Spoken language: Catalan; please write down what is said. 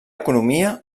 economia